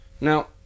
Now